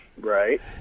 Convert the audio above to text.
Right